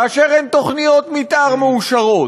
כאשר אין תוכניות מתאר מאושרות,